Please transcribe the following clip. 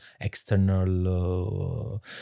external